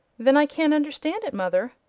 then i can't understand it, mother.